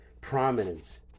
prominence